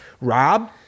Rob